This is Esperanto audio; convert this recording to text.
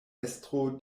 estro